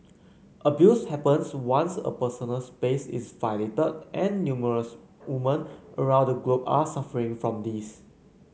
abuse happens once a personal space is violated and numerous woman around the globe are suffering from this